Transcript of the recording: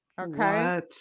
Okay